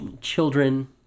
children